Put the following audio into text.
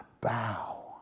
bow